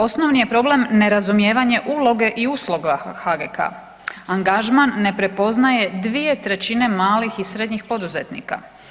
Osnovni je problem nerazumijevanje uloge i usluga HGK, angažman ne prepoznaje 2/3 malih i srednjih poduzetnika.